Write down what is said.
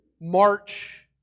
march